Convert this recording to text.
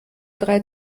drei